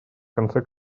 конце